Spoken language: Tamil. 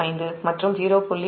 345 மற்றும் 0